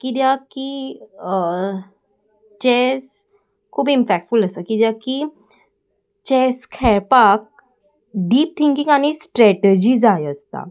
कित्याक की चॅस खूब इमपॅक्टफूल आसा किद्याक की चॅस खेळपाक डीप थिंकींग आनी स्ट्रेटजी जाय आसता